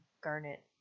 Garnet